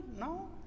no